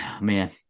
Man